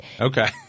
Okay